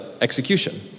execution